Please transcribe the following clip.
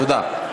תודה.